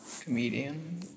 comedian